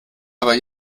aber